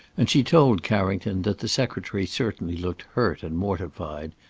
and she told carrington that the secretary certainly looked hurt and mortified,